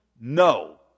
No